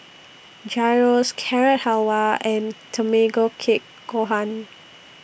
Gyros Carrot Halwa and Tamago Kake Gohan